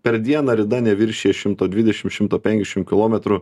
per dieną rida neviršija šimto dvidešim šimto penkiašim kilometrų